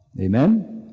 Amen